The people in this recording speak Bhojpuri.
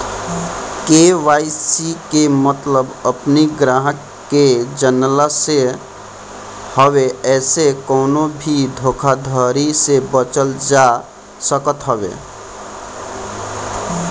के.वाई.सी के मतलब अपनी ग्राहक के जनला से हवे एसे कवनो भी धोखाधड़ी से बचल जा सकत हवे